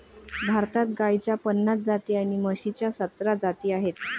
भारतात गाईच्या पन्नास जाती आणि म्हशीच्या सतरा जाती आहेत